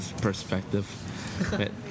perspective